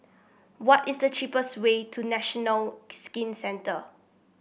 what is the cheapest way to National Skin Centre